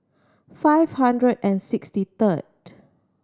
five hundred and sixty third